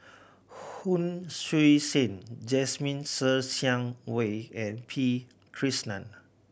Hon Sui Sen Jasmine Ser Xiang Wei and P Krishnan